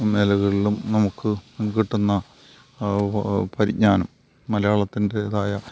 മേഖലകളിലും നമുക്ക് നമുക്ക് കിട്ടുന്ന പരിജ്ഞാനം മലയാളത്തിൻ്റെതായ